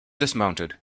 dismounted